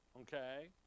Okay